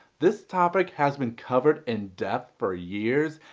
this topic has been covered in depth for years,